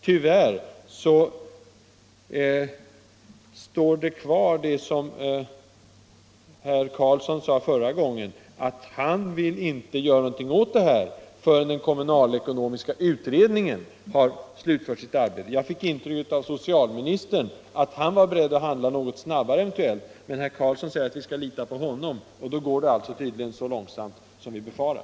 Tyvärr kvarstår det som herr Karlsson sade förra gången — att han inte vill göra någonting åt detta förrän den kommunalekonomiska utredningen har slutfört sitt arbete. Jag fick intrycket att socialministern var beredd att eventuellt handla något snabbare. Men herr Karlsson säger att vi skall lita på honom, och då går det alltså tydligen så långsamt som vi befarar.